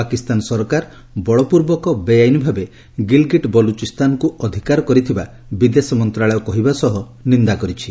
ପାକିସ୍ତାନ ସରକାର ବଳପୂର୍ବକ ବେଆଇନ୍ ଭାବେ ଗିଲ୍ଗିଟ୍ ବଲୁଚିସ୍ତାନକୁ ଅଧିକାର କରିଥିବା ବିଦେଶ ମନ୍ତ୍ରଣାଳୟ କହିବା ସହ ନିନ୍ଦା କରିଛି